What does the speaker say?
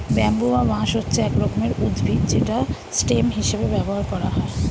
bamboo বা বাঁশ হচ্ছে এক রকমের উদ্ভিদ যেটা স্টেম হিসেবে ব্যবহার করা হয়